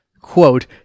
Quote